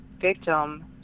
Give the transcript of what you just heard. victim